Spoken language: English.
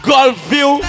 Gulfview